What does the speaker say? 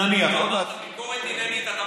ממי אתה מקבל ביקורת עניינית?